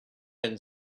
and